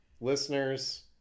listeners